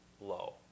low